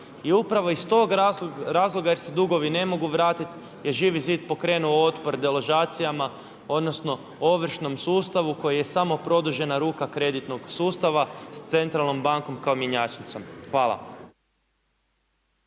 i upravo iz tog razloga jer se dugovi ne mogu vratiti je Živi zid pokrenuo otpor deložacijama odnosno ovršnom sustavu koji je samo produžena ruka kreditnog sustava sa centralnom bankom kao mjenjačnicom. Hvala.